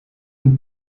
een